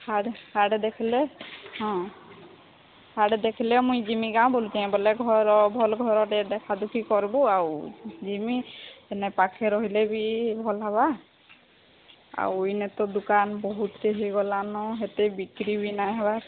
ହାଡ଼େ ହାଡ଼େ ଦେଖିଲେ ହଁ ହାଡେ ଦେଖିଲେ ମୁଇଁ ଯିମି ଗାଁ ବୁଲୁଚ ବୋଲେ ଘର ଭଲ ଘର ଟେ ଦେଖାଦୁଖି କରବୁ ଆଉ ଯିମି ଏନେ ପାଖେ ରହିଲେ ବି ଭଲ ହବା ଆଉ ଇନେ ତ ଦୁକାନ ବହୁତ ହେଇଗଲାନ ହେତେ ବିକ୍ରି ବି ନାଇଁ ହେବାର୍